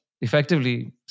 effectively